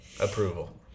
approval